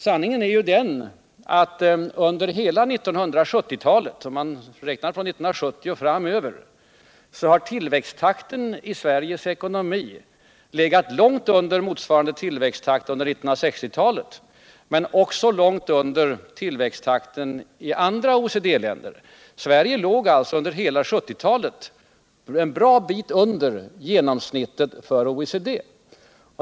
Sanningen är att tillväxttakten i vår ekonomi under 1970-talet har legat långt under tillväxttakten under 1960-talet, men också långt under tillväxttakten i andra OECD-länder. Sverige har alltså under hela 1970-talet legat en bra bit under genomsnittet för OECD.